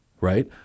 right